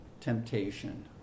temptation